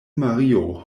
mario